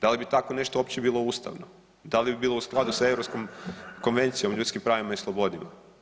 Da li bi tako nešto uopće bilo ustavno, da li bi bilo u skladu sa Europskom konvencijom o ljudskim pravima i slobodama?